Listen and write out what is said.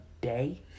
day